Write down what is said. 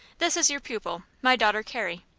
this is your pupil, my daughter, carrie.